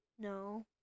No